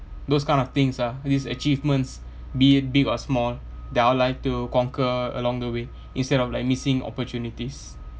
those kind of things ah these achievements be it big or small that I would like to conquer along the way instead of like missing opportunities